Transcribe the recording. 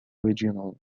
regional